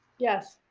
yes.